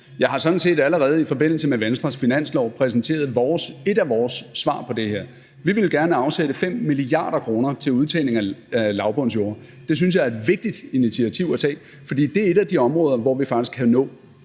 Jeg har sådan set allerede i forbindelse med Venstres finanslovsforslag præsenteret et af vores svar på det her. Vi ville gerne afsætte 5 mia. kr. til udtagning af lavbundsjorde. Det synes jeg er et vigtigt initiativ at tage, for det er et af de områder, hvor vi faktisk kan nå